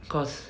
cause